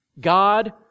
God